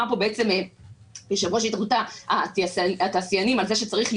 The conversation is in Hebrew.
פה יושב-ראש התאחדות התעשיינים על זה שצריך לדאוג,